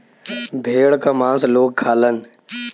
भेड़ क मांस लोग खालन